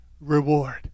reward